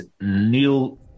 Neil